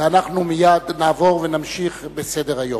ואנחנו מייד נעבור ונמשיך בסדר-היום.